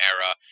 era